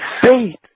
faith